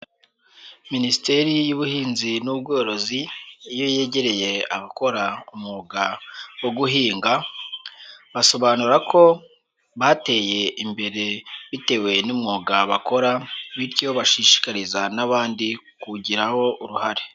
Minisiteri y'Ubuhinzi n'Ubworozi, iyo yegereye abakora umwuga wo guhinga, basobanura ko bateye imbere bitewe n'umwuga bakora bityo bashishikariza n'abandi kuwugiraho uruhare.